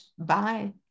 Bye